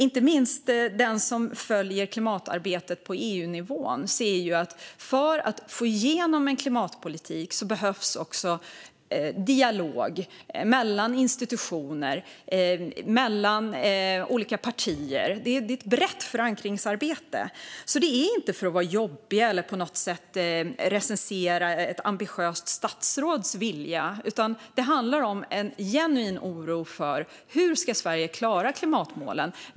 Inte minst den som följer klimatarbetet på EU-nivån ser att det behövs dialog mellan institutioner och mellan olika partier för att man ska få igenom klimatpolitik. Det handlar om ett brett förankringsarbete. Det handlar alltså inte om att vara jobbiga eller att på något sätt recensera ett ambitiöst statsråds vilja, utan det handlar om en genuin oro för hur Sverige ska klara klimatmålen.